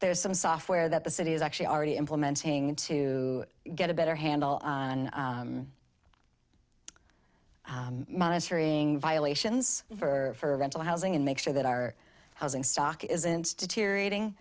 there's some software that the city is actually already implementing to get a better handle on monitoring violations for rental housing and make sure that our housing stock isn't deteriorating